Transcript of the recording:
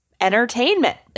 entertainment